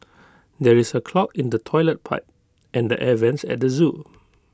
there is A clog in the Toilet Pipe and the air Vents at the Zoo